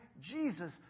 Jesus